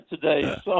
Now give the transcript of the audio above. today